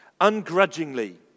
ungrudgingly